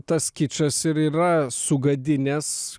tas kičas ir yra sugadinęs